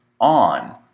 on